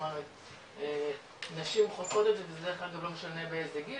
כלומר נשים חוות את זה ודרך אגב לא משנה באיזה גיל